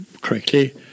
correctly